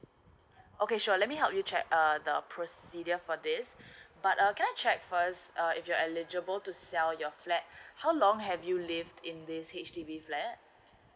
okay sure let me help you check uh the procedure for this but uh can I check first uh if you're eligible to sell your flat how long have you lived in this H_D_B flat